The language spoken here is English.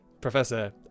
Professor